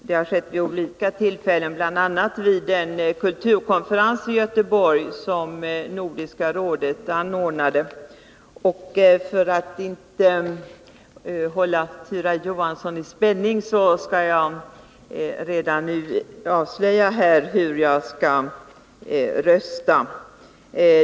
Det har skett vid olika tillfällen, bl.a. vid den kulturkonferens som Nordiska rådet anordnade. För att inte hålla Tyra Johansson i spänning skall jag redan nu avslöja hur jag kommer att rösta.